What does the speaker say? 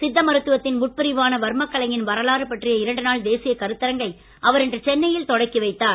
சித்த மருத்துவத்தின் உட்பிரிவான வர்மக்கலையின் வரலாறு பற்றிய இரண்டு நாள் தேசிய கருத்தரங்கை அவர் இன்று சென்னையில் தொடங்கி வைத்தார்